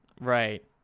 Right